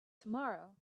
tomorrow